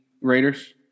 Raiders